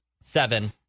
seven